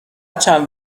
چند